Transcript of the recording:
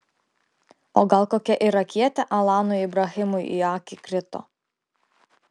o gal kokia irakietė alanui ibrahimui į akį krito